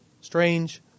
strange